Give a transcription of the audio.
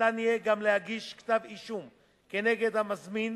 ניתן יהיה גם להגיש כתב אישום כנגד המזמין